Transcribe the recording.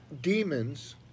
demons